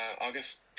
August